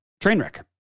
Trainwreck